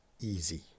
easy